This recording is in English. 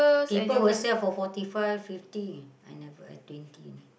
people will sell for forty five fifty I never I twenty only